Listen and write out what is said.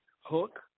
hook